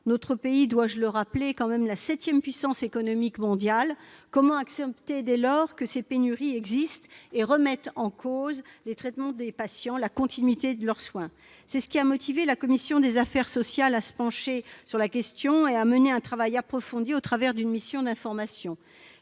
Notre pays- dois-je le rappeler ? -est tout de même la septième puissance économique mondiale. Dès lors, comment accepter que ces pénuries surviennent et remettent en cause les traitements des patients, la continuité de leurs soins ? C'est ce constat qui a incité la commission des affaires sociales à se pencher sur la question et à mener un travail approfondi dans le cadre d'une mission d'information.